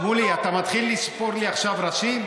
שמולי, אתה מתחיל לספור לי עכשיו ראשים?